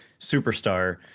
superstar